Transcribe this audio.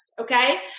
Okay